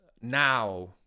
now